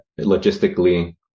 logistically